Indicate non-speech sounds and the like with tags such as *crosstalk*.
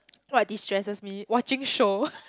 what destresses me watching show *laughs*